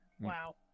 Wow